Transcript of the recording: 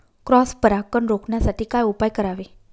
Cross परागकण रोखण्यासाठी काय उपाय करावे?